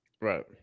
right